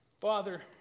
Father